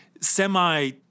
semi